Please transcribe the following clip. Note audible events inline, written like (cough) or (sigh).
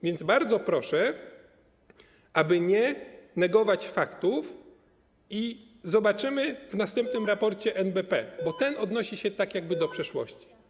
Więc bardzo proszę, aby nie negować faktów, i zobaczymy to w następnym raporcie NBP, (noise) bo ten odnosi się tak jakby do przeszłości.